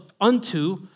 unto